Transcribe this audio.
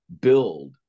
build